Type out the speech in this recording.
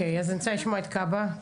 אני רוצה לשמוע את כב"ה.